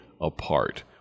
apart